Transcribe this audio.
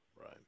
Right